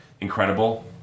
incredible